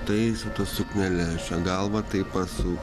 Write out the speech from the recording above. taiso tas sukneles čia galvą taip pasuk